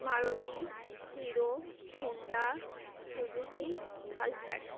Maruti Hero Honda Suzuki pulsar